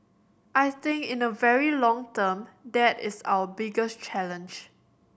I think in the very long term that is our biggest challenge